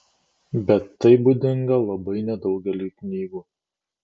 bet tai būdinga labai nedaugeliui knygų